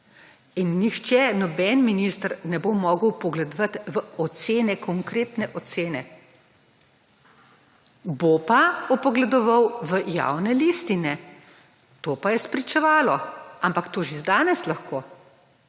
In nihče, noben minister ne bo mogel vpogledovati v ocene, konkretne ocene. Bo pa vpogledoval v javne listine, to pa je spričevalo; ampak to že danes lahko.